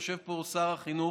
יושב פה שר החינוך,